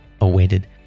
awaited